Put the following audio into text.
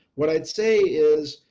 what i'd say is,